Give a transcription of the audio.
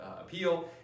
appeal